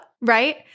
right